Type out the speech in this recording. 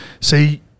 See